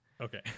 okay